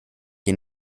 que